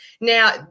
Now